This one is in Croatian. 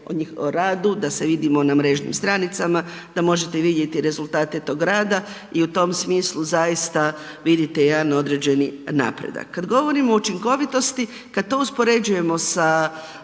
o radu da sve vidimo na mrežnim stranicama, da možete vidjeti rezultate tog rada i u tom smislu zaista vidite jedan određeni napredak. Kad govorimo o učinkovitosti, kad to uspoređujemo sa